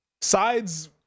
sides –